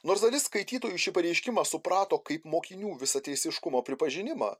nors dalis skaitytojų šį pareiškimą suprato kaip mokinių visateisiškumo pripažinimą